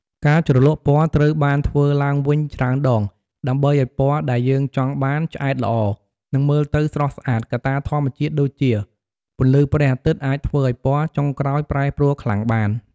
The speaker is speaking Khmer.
ការជ្រលក់ពណ៌ត្រូវបានធ្វើឡើងវិញច្រើនដង ដើម្បីអោយពណ៌ដែលយើងចង់បានឆ្អែតល្អ និងមើលទៅស្រស់ស្អាត កត្តាធម្មជាតិដូចជា ពន្លឺព្រះអាទិត្យ អាចធ្វើអោយពណ៌ចុងក្រោយប្រែប្រួលខ្លាំងបាន។